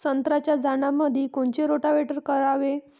संत्र्याच्या झाडामंदी कोनचे रोटावेटर करावे?